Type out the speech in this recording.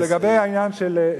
לגבי העניין,